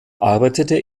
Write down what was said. arbeitete